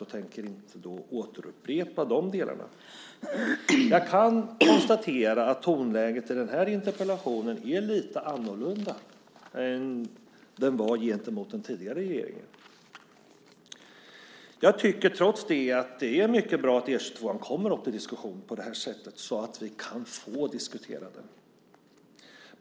Jag tänker inte återupprepa de delarna. Jag kan konstatera att tonläget när det gäller den här interpellationen är lite annorlunda än det var gentemot den tidigare regeringen. Jag tycker trots det att det är mycket bra att E 22:an kommer upp till diskussion på det här sättet, så att vi kan få diskutera den.